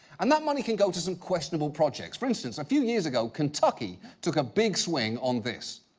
and that money can go to some questionable projects. for instance, a few years ago, kentucky took a big swing on this.